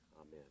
Amen